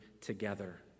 together